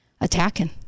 attacking